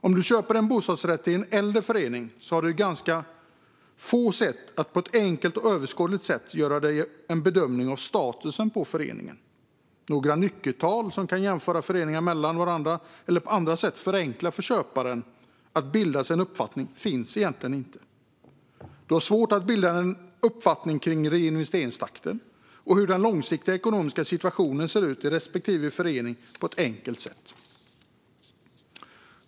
Om du köper en bostadsrätt i en äldre förening har du ganska få sätt att på ett enkelt och överskådligt vis göra en bedömning av statusen på föreningen. Några nyckeltal för att jämföra föreningar eller på andra sätt förenkla för köparen att bilda sig en uppfattning finns egentligen inte. Du har svårt att på ett enkelt sätt bilda dig en uppfattning om reinvesteringstakten och hur den långsiktiga ekonomiska situationen ser ut i respektive förening.